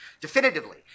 definitively